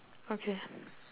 okay